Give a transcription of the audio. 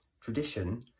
tradition